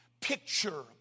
picture